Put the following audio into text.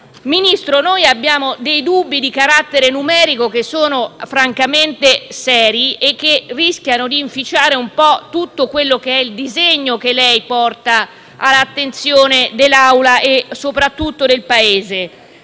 Ministro, noi abbiamo dei dubbi di carattere numerico che sono seri e che rischiano di inficiare tutto il disegno che lei porta all'attenzione dell'Assemblea e soprattutto del Paese,